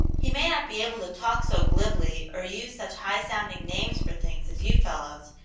he may not be able to talk so glibly or use such high-sounding names for things as you fellows,